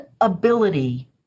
ability